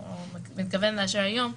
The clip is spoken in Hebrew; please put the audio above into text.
וזה בהחלט דבר שכבר מקפידים עליו,